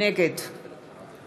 נגד